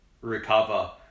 recover